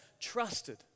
trusted